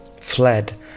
fled